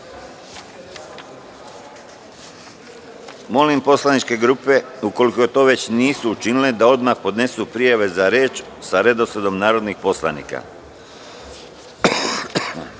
poslaničke grupe, ukoliko to već nisu učinile, da odmah podnesu prijave za reč sa redosledom narodnih poslanika. Saglasno